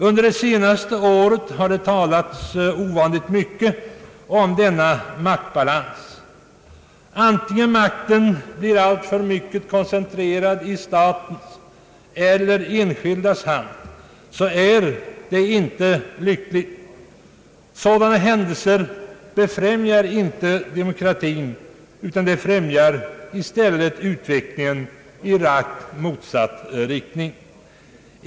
Under det senaste året har det talats ovanligt mycket om denna maktbalans. Vare sig makten blir alltför mycket koncentrerad i statens eller i enskildas hand är det inte lyckligt. Sådant befrämjar inte demokratin utan främjar i stället en utveckling i rakt motsatt riktning.